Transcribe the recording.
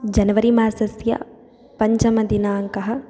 जनवरिमासस्य पञ्चमदिनाङ्कः